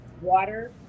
water